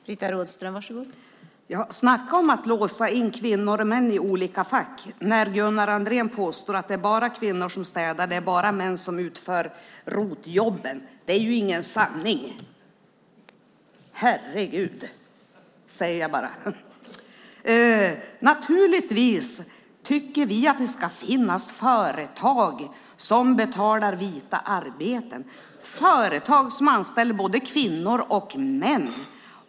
Fru talman! Snacka om att låsa kvinnor och män i olika fack! Gunnar Andrén påstår att det bara är kvinnor som städar och bara män som utför ROT-jobben. Det är ju ingen sanning! Herregud, säger jag bara! Naturligtvis tycker vi att det ska finnas företag som betalar vita arbeten, företag som anställer både kvinnor och män.